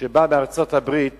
שבאו מארצות-הברית